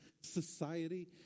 society